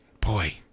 Boy